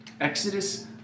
Exodus